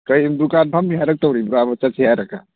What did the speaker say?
ꯀꯔꯤ ꯗꯨꯀꯥꯟ ꯐꯝꯃꯤ ꯍꯥꯏꯔꯛꯇꯧꯔꯤꯕ꯭ꯔꯥꯕ ꯆꯠꯁꯤ ꯍꯥꯏꯔꯒ